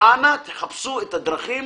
אנא חפשו את הדרכים